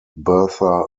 bertha